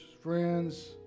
friends